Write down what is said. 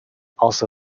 also